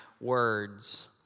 words